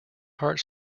heart